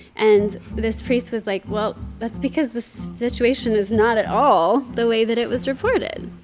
and this priest was like, well, that's because the situation is not at all the way that it was reported.